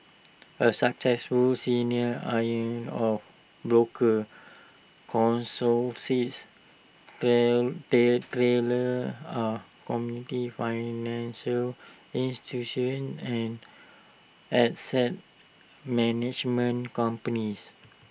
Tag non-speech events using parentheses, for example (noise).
A successful senior iron ore broker counsel says (unintelligible) Taylor are (unintelligible) financial institutions and asset management companies